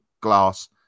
glass